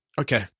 Okay